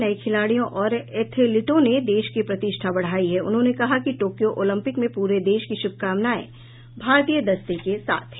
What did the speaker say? नए खिलाडियों और एथलिटों ने देश की प्रतिष्ठा बढ़ाई है उन्होंने कहा कि टोक्यो ओलंपिक में प्रे देश की श्भकामनाएं भारतीय दस्ते के साथ हैं